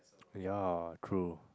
ya true